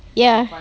ya